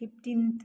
fifteen